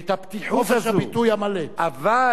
אבל לפחות